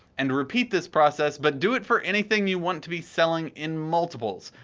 and repeat this process but do it for anything you want to be selling in multiples.